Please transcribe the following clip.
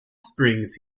springs